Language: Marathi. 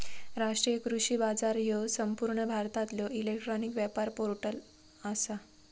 राष्ट्रीय कृषी बाजार ह्यो संपूर्ण भारतातलो इलेक्ट्रॉनिक व्यापार पोर्टल आसा